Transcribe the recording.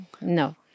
no